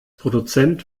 produzent